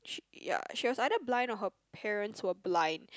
she ya she was either blind or her parents were blind